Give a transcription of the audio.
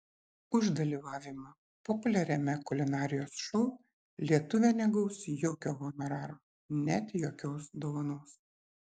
už dalyvavimą populiariame kulinarijos šou lietuvė negaus jokio honoraro net jokios dovanos